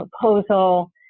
proposal